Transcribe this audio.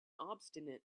obstinate